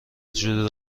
جور